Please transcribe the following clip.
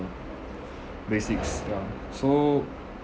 the basics lah so